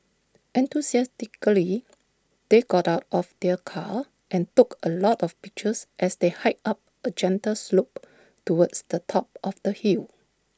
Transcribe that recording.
enthusiastically they got out of their car and took A lot of pictures as they hiked up A gentle slope towards the top of the hill